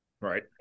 Right